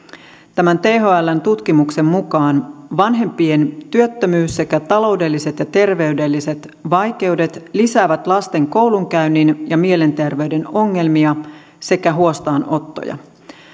tämän thln tutkimuksen mukaan vanhempien työttömyys sekä taloudelliset ja terveydelliset vaikeudet lisäävät lasten koulunkäynnin ja mielenterveyden ongelmia sekä huostaanottoja